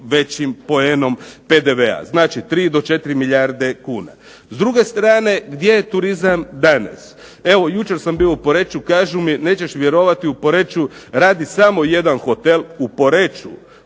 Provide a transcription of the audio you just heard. većim poenom PDV-a. Znači, 3 do 4 milijarde kuna. S druge strane gdje je turizam danas? Evo jučer sam bio u Poreču, kažu mi: "Nećeš vjerovati u Poreču radi samo jedan hotel, u Poreču,